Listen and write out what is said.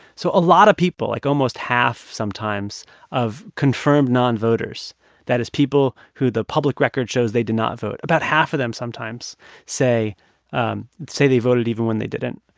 so a lot of people, like almost half sometimes of confirmed non-voters that is, people who the public record shows they did not vote about half of them sometimes say um say they voted even when they didn't.